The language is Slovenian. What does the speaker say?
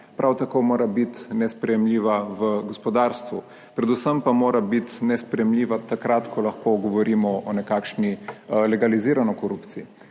Prav tako mora biti nesprejemljiva v gospodarstvu, predvsem pa mora biti nesprejemljiva takrat, ko lahko govorimo o nekakšni legalizirani korupciji.